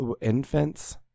infants